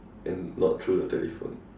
and not through the telephone